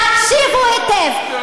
תקשיבו היטב,